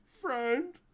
friend